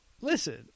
listen